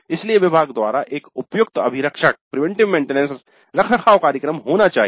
इसलिए विभाग द्वारा एक उपयुक्त अभिरक्षक रखरखाव कार्यक्रम होना चाहिए